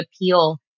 appeal